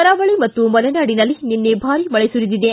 ಕರಾವಳಿ ಮತ್ತು ಮಲೆನಾಡಿನಲ್ಲಿ ನಿನ್ನೆ ಭಾರಿ ಮಳೆ ಸುರಿದಿದೆ